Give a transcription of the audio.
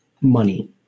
money